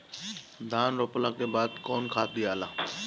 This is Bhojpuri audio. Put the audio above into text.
धान रोपला के बाद कौन खाद दियाला?